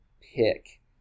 pick